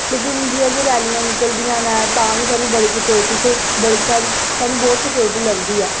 लेकिन जि'यां कि रैलियां निकलदियां न तां बी साह्नूं बड़ी सिक्योरटी बड़ी सारी साह्नूं बहुत सिक्योरटी लभदी ऐ